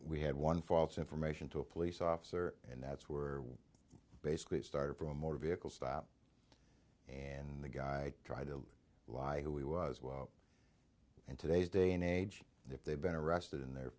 we had one false information to a police officer and that's were basically it started from a motor vehicle stop and the guy tried to lie who we were as well and today's day in age if they've been arrested in their